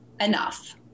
enough